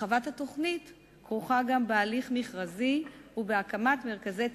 הרחבת התוכנית כרוכה גם בהליך מכרזי ובהקמת מרכזי